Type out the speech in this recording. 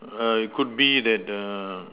err it could be that the